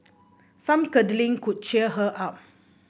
some cuddling could cheer her up